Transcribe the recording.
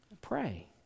Pray